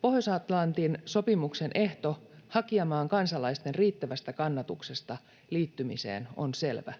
Pohjois-Atlantin sopimuksen ehto hakijamaan kansalaisten riittävästä kannatuksesta liittymiseen on selvä.